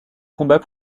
combat